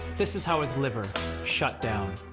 this is how his liver shutdown.